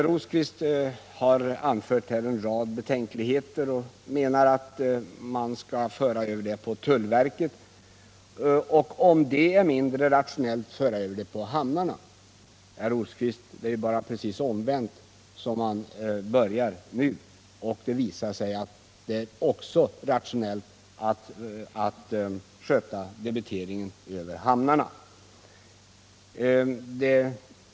Rosqvist har här anfört en rad betänk = statliga sjöfartsavligheter och menar att man skall föra över de uppgifterna på tullverket = gifterna och, om det är mindre rationellt, föra över dem på hamnarna. Det är bara omvänt mot vad som nu föreslås, herr Rosqvist. Det visar sig att det också är rationellt att sköta debiteringen över hamnarna.